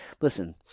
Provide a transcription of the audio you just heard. Listen